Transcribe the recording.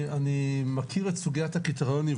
אני מכיר את סוגית הקריטריונים,